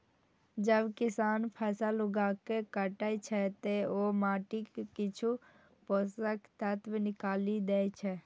जब किसान फसल उगाके काटै छै, ते ओ माटिक किछु पोषक तत्व निकालि दै छै